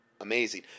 amazing